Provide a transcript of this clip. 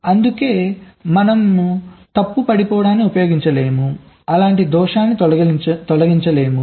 అందుకే మనం తప్పు పడిపోవడాన్ని ఉపయోగించలేము అలాంటి దోషాన్ని తొలగించలేము